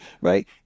Right